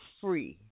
Free